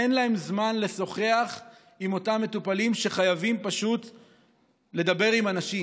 אין להם זמן לשוחח עם המטופלים שחייבים לדבר עם אנשים.